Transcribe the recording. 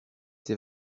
ses